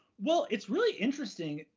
well, it's really interesting.